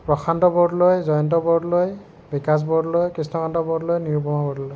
Prashanta Bordoloi Jayanta Bordoloi Bikash Bordoloi Krishnakanta Bordoloi Nirupama Bordoloi